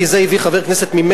כי הביא את זה חבר הכנסת ממרצ,